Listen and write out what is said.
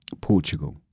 Portugal